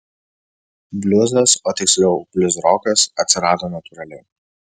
bliuzas o tiksliau bliuzrokas atsirado natūraliai